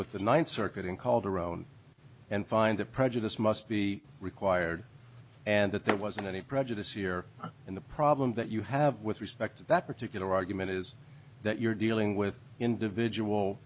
with the ninth circuit in called around and find the prejudice must be required and that there wasn't any prejudice here in the problem that you have with respect to that particular argument is that you're dealing with individual